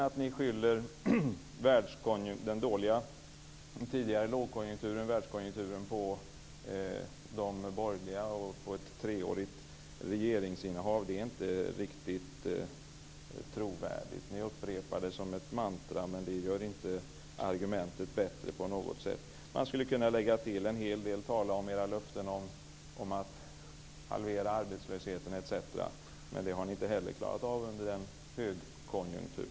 Att ni sedan skyller den tidigare dåliga världskonjunkturen på de borgerligas treåriga regeringsinnehav är inte riktigt trovärdigt. Ni upprepar det som ett mantra, men det gör inte argumentet bättre på något sätt. Man skulle kunna lägga till en hel del och tala om era löften om att halvera arbetslösheten etc. Men det har ni inte heller klarat av under en högkonjunktur.